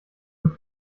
und